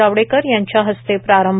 जावडेकर यांच्या हस्ते प्रारंभ